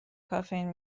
کافئین